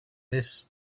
lists